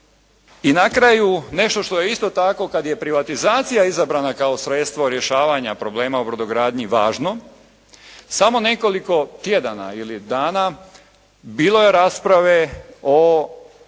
I na kraju nešto što je isto tako kada je privatizacija izabrana kao sredstvo rješavanja problema u brodogradnji važno, samo nekoliko tjedana ili dana bilo je rasprave o